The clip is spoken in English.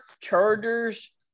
Chargers